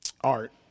Art